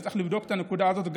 וצריך לבדוק את הנקודה הזאת,